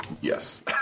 yes